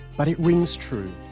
but it rings true.